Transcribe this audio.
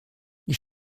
ich